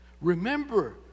Remember